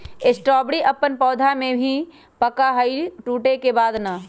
strawberry अपन पौधा में ही पका हई टूटे के बाद ना